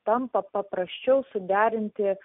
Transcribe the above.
tampa paprasčiau suderinti